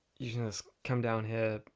you can just come down here,